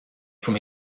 from